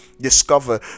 discover